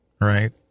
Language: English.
right